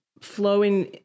flowing